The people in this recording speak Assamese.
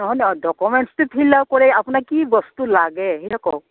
নহয় নহয় ডকুমেণ্টছটো ফিল আপ কৰি আপোনাক কি বস্তু লাগে সেই কওক